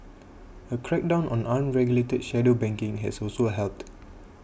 a crackdown on unregulated shadow banking has also helped